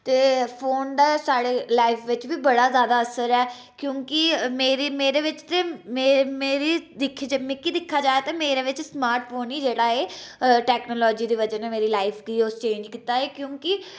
ते फोन दा स्हाड़ी लाइफ च बी बड़ा ज्यादा असर ऐ क्योंकि मेरी मेरे बिच्च मेरे मेरे मिकी दिक्खेआ जाए ते मेरे बिच्च स्मार्टफोन ई जेहड़ा ऐ टेक्नोलाजी दी बजह कन्नै गै मेरी लाइफ गी उस चेंज कीता ऐ क्योंकि